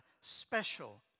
special